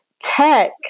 tech